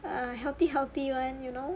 err healthy healthy [one] you know